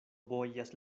bojas